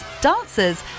dancers